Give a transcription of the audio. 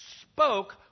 spoke